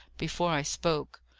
before i spoke.